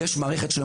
יש ממשלה.